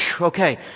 okay